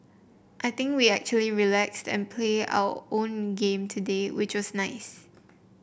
I think we actually relaxed and play our own game today which was nice